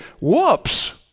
whoops